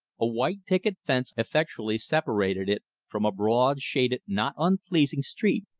a white picket fence effectually separated it from a broad, shaded, not unpleasing street.